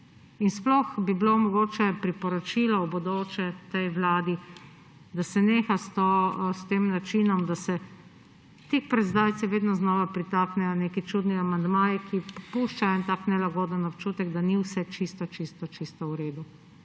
In sploh bi bilo mogoče priporočilo v bodoče tej vladi, da se neha s tem načinom, da se tik pred zdajci vedno znova pritaknejo neki čudni amandmaji, ki puščajo en tak nelagoden občutek, da ni vse čisto čisto čisto v redu.